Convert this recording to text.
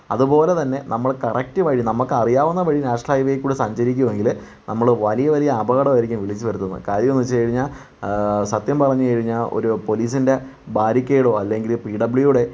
അതുപോലെ തന്നെ നമ്മൾ കറക്റ്റ് വഴി നമുക്ക് അറിയാവുന്ന വഴി നാഷണൽ ഹൈ വേയിൽ കൂടി സഞ്ചരിക്കുവാണെങ്കിൽ നമ്മൾ വലിയ വലിയ അപകടങ്ങൾ ആയിരിക്കും വിളിച്ച് വരുത്തുന്നത് കാര്യം എന്ന് വച്ച് കഴിഞ്ഞാൽ ആ സത്യം പറഞ്ഞു കഴിഞ്ഞ ഒരു പോലീസിൻ്റെ ബാരിക്കേഡോ അല്ലെങ്കിൽ പീ ടബ്യൂ ലീയുടെ